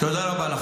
תודה רבה לך.